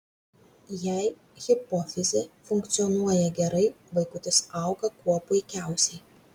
jei hipofizė funkcionuoja gerai vaikutis auga kuo puikiausiai